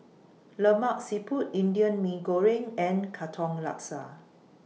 Lemak Siput Indian Mee Goreng and Katong Laksa